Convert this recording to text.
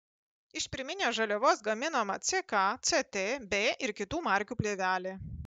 iš pirminės žaliavos gaminama ck ct b ir kitų markių plėvelė